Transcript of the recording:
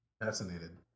Fascinated